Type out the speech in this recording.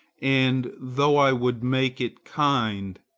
and though i would make it kind,